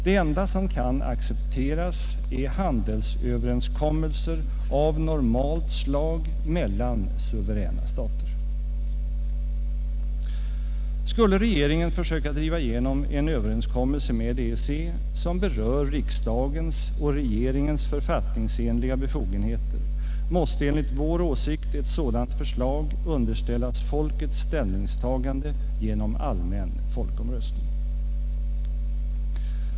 Det enda som kan accepteras är handelsöverenskommelser av normalt slag mellan suveräna stater. Skulle regeringen försöka driva igenom en överenskommelse med EEC, som berör riksdagens och regeringens författningsenliga befogenheter, måste enligt vår åsikt ett sådant förslag underställas folkets ställningstagande genom allmän folkomröstning.